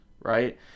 right